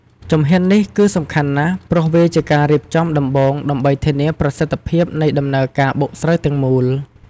ជំហាននេះគឺសំខាន់ណាស់ ព្រោះវាជាការរៀបចំដំបូងដើម្បីធានាប្រសិទ្ធភាពនៃដំណើរការបុកស្រូវទាំងមូល។